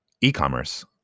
e-commerce